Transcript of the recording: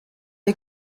der